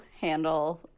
handle